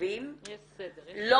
חשובים יש סדר.